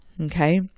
Okay